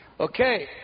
Okay